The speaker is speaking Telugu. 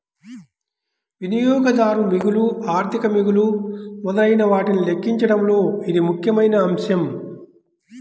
వినియోగదారు మిగులు, ఆర్థిక మిగులు మొదలైనవాటిని లెక్కించడంలో ఇది ముఖ్యమైన అంశం